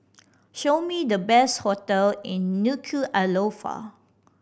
show me the best hotel in Nuku'alofa